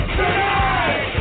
tonight